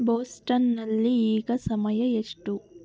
ಬೋಸ್ಟನ್ನಲ್ಲಿ ಈಗ ಸಮಯ ಎಷ್ಟು